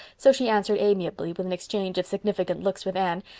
so she answered amiably, with an exchange of significant looks with anne,